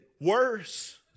worse